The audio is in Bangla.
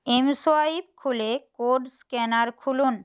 এমসোয়াইপ খুলে কোড স্ক্যানার খুলুন